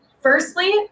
firstly